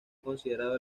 considerado